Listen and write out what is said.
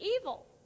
evil